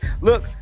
Look